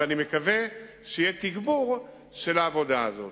ואני מקווה שיהיה תגבור של העבודה הזאת.